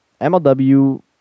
MLW